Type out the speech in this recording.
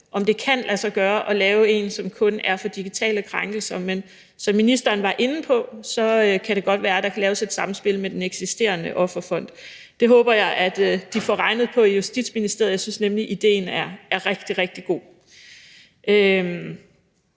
om det kan lade sig gøre at lave en, som kun er for digitale krænkelser. Men som ministeren var inde på, kan det godt være, at der kan laves et samspil med den eksisterende offerfond. Det håber jeg at de får regnet på i Justitsministeriet. Jeg synes nemlig, at idéen er rigtig, rigtig god.